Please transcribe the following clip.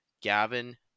Gavin